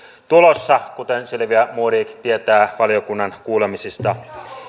tulossa kuten silvia modig tietää valiokunnan kuulemisista